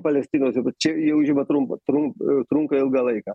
palestinos čia jaučiama trumpa trum trunka ilgą laiką